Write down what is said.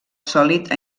sòlid